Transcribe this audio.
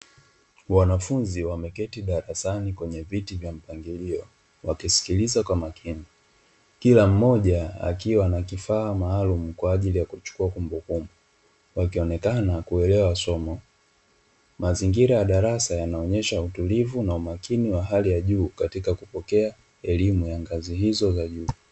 Wanafunzi wameketi darasani kwenye viti vya mpangilio wakisikiliza kwa makini. Kila mmoja akiwa na kifaa maalumu kwa ajili ya kuchukua kumbukumbu, wakionekana kuelewa som. Mazingira ya darasa yanaonyesha utulivu na umakini wa hali ya juu katika kupokea elimu ya ngazi hizo za juu.